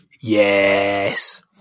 Yes